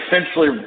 essentially